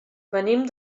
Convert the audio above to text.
venim